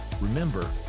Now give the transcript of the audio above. Remember